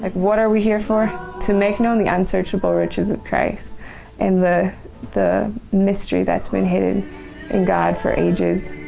like what are we here for? to make known the unsearchable riches of christ and the the mystery that's been hidden in god for ages.